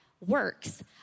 works